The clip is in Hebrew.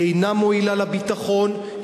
היא אינה מועילה לביטחון,